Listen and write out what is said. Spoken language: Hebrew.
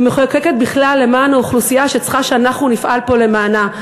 ומחוקקת בכלל למען אוכלוסייה שצריכה שאנחנו נפעל פה למענה,